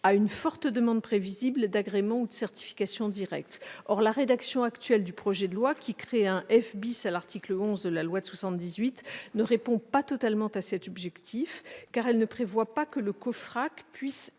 à une forte demande prévisible d'agréments ou de certifications de manière directe. Or la rédaction actuelle du projet de loi, qui crée un bis à l'article 11 de la loi de 1978, ne répond pas totalement à cet objectif, car elle ne prévoit pas que le COFRAC puisse